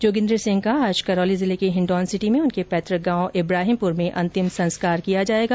जोगेन्द्र सिंह सोलंकी का आज करौली जिले के हिण्डौनसिटी में उनके पैतुक गांव इब्राहिमपुर में अंतिम संस्कार किया जाएगा